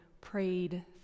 prayed